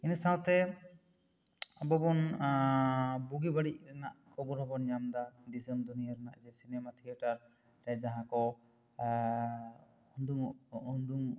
ᱤᱱᱟᱹ ᱥᱟᱶᱛᱮ ᱟᱵᱚ ᱵᱚᱱ ᱵᱩᱜᱤ ᱵᱟᱹᱲᱤᱡ ᱨᱮᱱᱟᱜ ᱠᱷᱚᱵᱚᱮ ᱵᱚᱱ ᱧᱟᱢ ᱮᱫᱟ ᱫᱤᱥᱚᱢ ᱫᱩᱱᱤᱭᱟᱹ ᱨᱮᱱᱟᱜ ᱥᱤᱱᱮᱢᱟ ᱛᱷᱤᱭᱮᱴᱟᱨ ᱥᱮ ᱡᱟᱦᱟᱸ ᱠᱚ ᱩᱰᱩᱝᱚᱜ ᱠᱟᱱᱟ